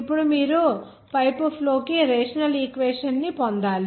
ఇప్పుడు మీరు pipe flow కి రేషనల్ ఈక్వేషన్ ని పొందాలి